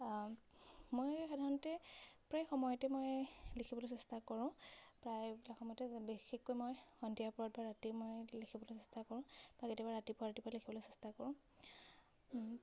মই সাধাৰণতে প্ৰায় সময়তে মই লিখিবলৈ চেষ্টা কৰোঁ প্ৰায়বিলাক সময়তে বিশেষকৈ মই সন্ধিয়াপৰত বা ৰাতি মই লিখিবলৈ চেষ্টা কৰোঁ বা কেতিয়াবা ৰাতিপুৱা ৰাতিপুৱা লিখিবলৈ চেষ্টা কৰোঁ